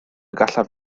gallaf